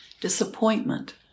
disappointment